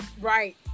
Right